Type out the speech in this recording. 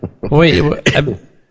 Wait